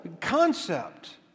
concept